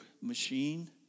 machine